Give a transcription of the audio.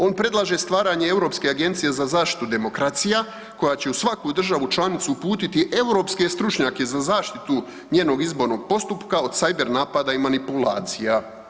On predlaže stvaranje Europske agencije za zaštitu demokracija, koja će u svaku državu članicu uputiti europske stručnjake za zaštitu njenog izbornog postupka od cyber napada i manipulacija.